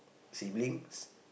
siblings